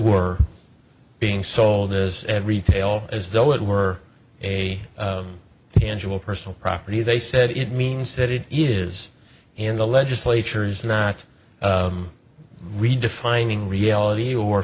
were being sold as and retail as though it were a tangible personal property they said it means that it is and the legislature is not redefining reality or